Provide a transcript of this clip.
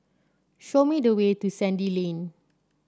show me the way to Sandy Lane